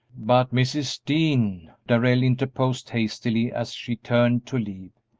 but, mrs. dean, darrell interposed, hastily, as she turned to leave,